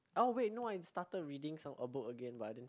oh wait no I started reading some a book again but I didn't